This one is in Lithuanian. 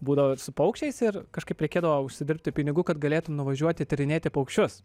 būdavo su paukščiais ir kažkaip reikėdavo užsidirbti pinigų kad galėtum nuvažiuoti tyrinėti paukščius